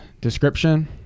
description